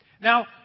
Now